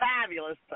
Fabulous